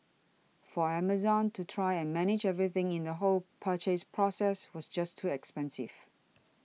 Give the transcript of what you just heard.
for Amazon to try and manage everything in the whole purchase process was just too expensive